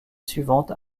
suivantes